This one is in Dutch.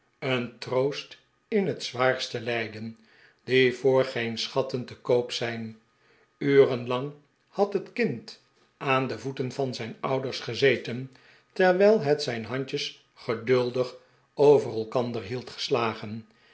een trbost in het zwaarste lijden die voor geen schatten te koop zijn uren lang had het kind aan de voeten van zijn ouders gezeten terwijl het zijn handjes geduldig over elkander hield geslagen